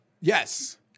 Yes